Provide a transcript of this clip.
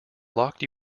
locked